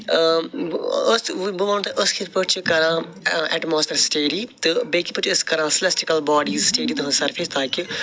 أسۍ بہٕ وَنو تۄہہِ أسۍ کِتھ پٲٹھۍ چھِ کَران اٮ۪ٹماسفیر سِٹیٚڈی تہٕ بیٚیہِ کِتھ پٲٹھۍ چھِ أسۍ کَران سِلٮ۪سٹِکٕل باڈیٖز سِٹیٚڈی تٕہنٛز سرفیس تاکہِ